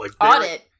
Audit